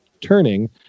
turning